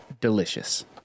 Delicious